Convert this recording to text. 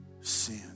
sin